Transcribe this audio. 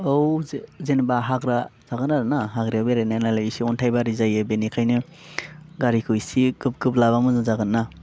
औ जेनेबा हाग्रा थागोन आरो ना हाग्रायाव बेरायनाय नालाय एसे अन्थायबारि जायो बेनिखायनो गारिखौ एसे गोब गोब लाबा मोजां जागोन ना